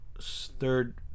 third